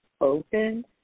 open